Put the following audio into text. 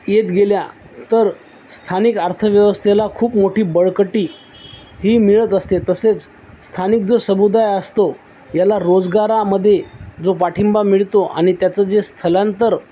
येत गेल्या तर स्थानिक अर्थव्यवस्थेला खूप मोठी बळकटी ही मिळत असते तसेच स्थानिक जो समुदाय असतो याला रोजगारामध्ये जो पाठिंबा मिळतो आणि त्याचं जे स्थलांतर